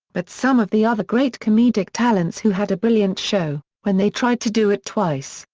but some of the other great comedic talents who had a brilliant show, when they tried to do it twice,